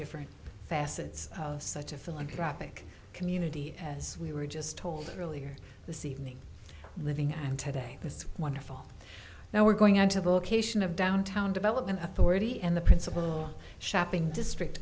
different facets of such a philanthropic community as we were just told earlier this evening living i'm today this wonderful now we're going out to vocation of downtown development authority and the principal shopping district